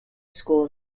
school